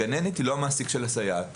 הגננת היא לא המעסיק של הסייעת.